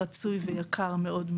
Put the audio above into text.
רצוי ויקר מאוד,